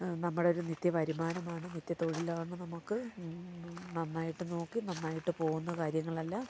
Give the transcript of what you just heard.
നമ്മടെയൊരു നിത്യ വരുമാനമാണ് നിത്യ തൊഴിലാണ് നമുക്ക് നന്നായിട്ട് നോക്കി നന്നായിട്ട് പോകുന്നു കാര്യങ്ങളെല്ലാം